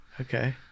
Okay